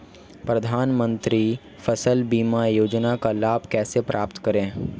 प्रधानमंत्री फसल बीमा योजना का लाभ कैसे प्राप्त करें?